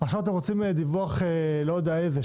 עכשיו אתם רוצים דיווח לא יודע איזה,